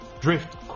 Drift